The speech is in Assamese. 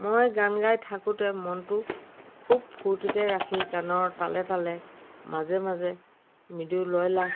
মই গান গাই থাকোঁতে মনটো খুব ফূৰ্তিকৈ ৰাখি গানৰ তালে তালে মাজে মাজে মৃদু লয়লাস